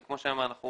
כמו שאמרתי,